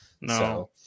No